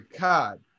God